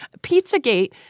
Pizzagate